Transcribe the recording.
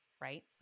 right